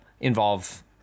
involve